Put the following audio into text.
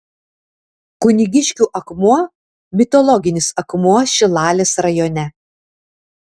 kunigiškių akmuo mitologinis akmuo šilalės rajone